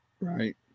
right